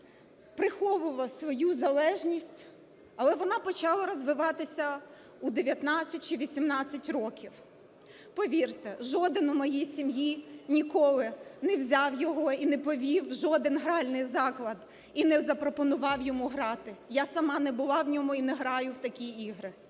приховував свою залежність, але вона почала розвиватися у 19 чи 18 років. Повірте, жоден у моїй сім'ї ніколи не взяв його і не повів у жоден гральний заклад і не запропонував йому грати. Я сама не була в ньому і не граю в такі ігри.